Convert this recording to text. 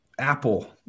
Apple